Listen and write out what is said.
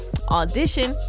audition